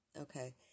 Okay